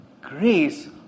grace